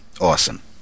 awesome